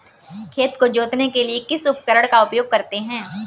खेत को जोतने के लिए किस उपकरण का उपयोग करते हैं?